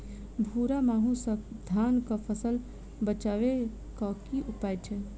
भूरा माहू सँ धान कऽ फसल बचाबै कऽ की उपाय छै?